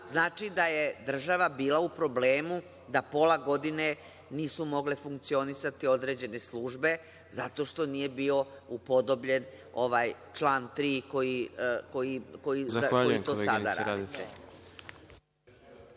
znači da je država bila u problemu da pola godine nisu mogle funkcionisati određene službe, zato što nije bio upodobljen ovaj član 3. kojim to sada radite.